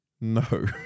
No